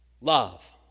love